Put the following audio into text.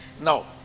No